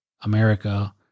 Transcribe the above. America